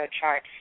chart